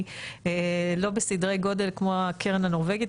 קטנה וגם אם היא לא בסדרי גודל כמו הקרן הנורבגית,